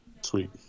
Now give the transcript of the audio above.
Sweet